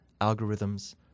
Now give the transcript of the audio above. algorithms